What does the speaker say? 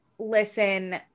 listen